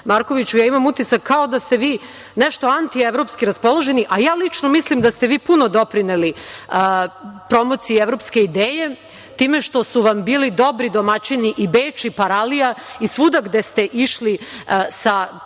Markoviću, ja imam utisak kao da ste vi nešto antievropski raspoloženi, a ja lično mislim da ste vi puno doprineli promociji evropske ideje time što su vam bili dobri domaćini i Beč i Paralija i svuda gde ste išli sa privrednicima